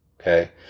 Okay